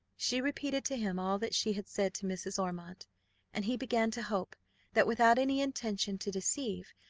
she repeated to him all that she had said to mrs. ormond and he began to hope that, without any intention to deceive,